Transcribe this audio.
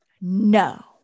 No